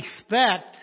expect